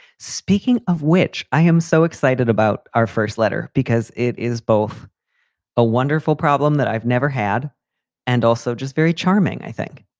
speaking of which, i am so excited about our first letter because it is both a wonderful problem that i've never had and also just very charming, i think.